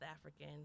african